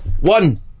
One